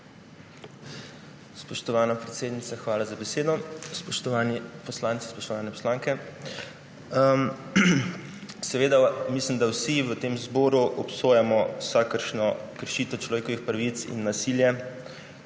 Spoštovana predsednica, hvala za besedo. Spoštovani poslanci, spoštovane poslanke! Mislim, da vsi v tem zboru obsojamo vsakršno kršitev človekovih pravic in nasilje.